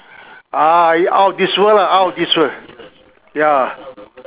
ah out of this world lah out of this world ya